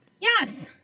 Yes